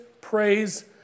praise